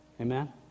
Amen